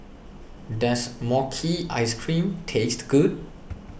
does Mochi Ice Cream taste good